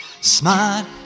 smart